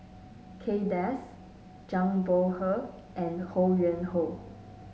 Kay Das Zhang Bohe and Ho Yuen Hoe